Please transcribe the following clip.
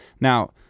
Now